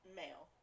male